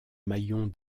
maillons